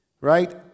right